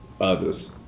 others